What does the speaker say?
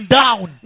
down